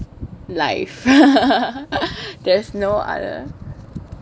life there's no other